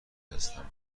هستم